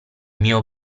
mio